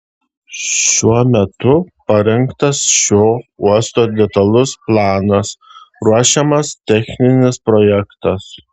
šiuo metu parengtas šio uosto detalus planas ruošiamas techninis projektas